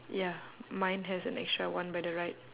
ya mine has an extra one by the right